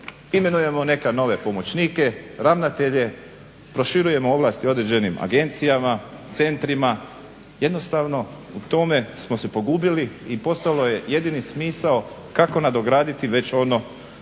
imenujemo neke nove pomoćnike, ravnatelje, proširujemo ovlasti određenim agencijama, centrima, jednostavno u tome smo se pogubili i postalo je jedini smisao kako nadograditi već ono